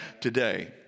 today